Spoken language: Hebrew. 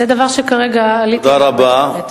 זה דבר שכרגע עליתי עליו באינטרנט.